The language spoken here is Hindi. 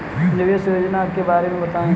निवेश योजनाओं के बारे में बताएँ?